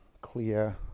clear